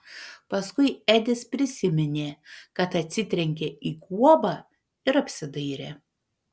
paskui edis prisiminė kad atsitrenkė į guobą ir apsidairė